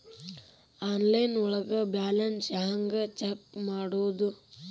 Online ಒಳಗೆ balance ಹ್ಯಾಂಗ check ಮಾಡೋದು?